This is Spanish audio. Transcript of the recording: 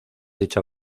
dicha